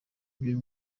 ivyo